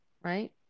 right